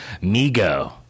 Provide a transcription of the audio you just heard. Migo